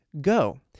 go